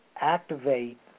activate